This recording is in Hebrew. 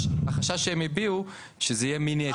החשש שהם הביעו שזה יהיה מיני היתר.